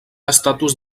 estatus